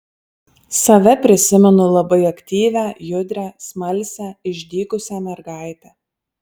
save prisimenu labai aktyvią judrią smalsią išdykusią mergaitę